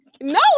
No